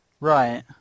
Right